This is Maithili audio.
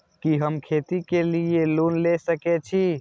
कि हम खेती के लिऐ लोन ले सके छी?